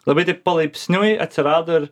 labai taip palaipsniui atsirado ir